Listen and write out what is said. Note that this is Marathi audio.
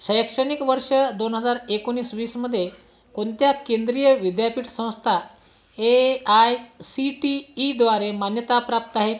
शैक्षणिक वर्ष दोन हजार एकोणीस वीसमधे कोणत्या केंद्रीय विद्यापीठ संस्था ए आय सी टी ईद्वारे मान्यताप्राप्त आहे